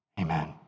Amen